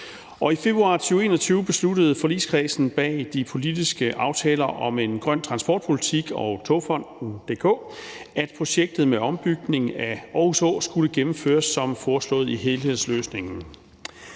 I februar 2021 besluttede forligskredsen bag de politiske aftaler om en grøn transportpolitik og Togfonden DK, at projektet med ombygningen af Aarhus H skulle gennemføres som foreslået i helhedsløsningen.